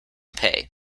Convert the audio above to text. pay